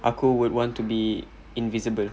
aku would want to be invisible